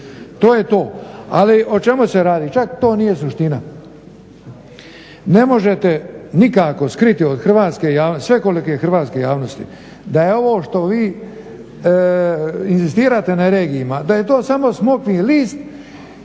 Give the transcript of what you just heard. To je to. Ali o čemu se radi? Čak to nije suština. Ne možete nikako skriti od svekolike hrvatske javnosti da je ovo što vi inzistirate na regijama, da je to samo smokvin list